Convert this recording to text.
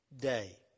day